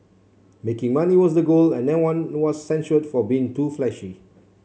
making money was the goal and no one was censured for being too flashy